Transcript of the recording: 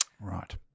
Right